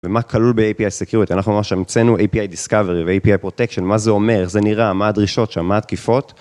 ומה כלול ב-API Security? אנחנו ממש המצאנו API Discovery ו-API Protection, מה זה אומר? איך זה נראה? מה הדרישות שם? מה התקיפות?